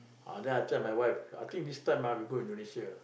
ah then I tell my wife I think this time ah we go Indonesia